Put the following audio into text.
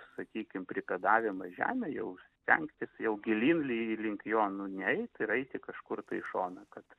sakykim pripėdavimą žemę jau stengtis jau gilyn li link jo nu neit ir eiti kažkur tai į šoną kad